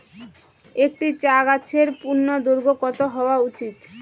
একটি চা গাছের পূর্ণদৈর্ঘ্য কত হওয়া উচিৎ?